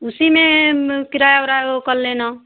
उसी में किराया उराया वो कर लेना